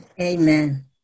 Amen